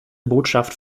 botschaft